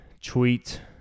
tweet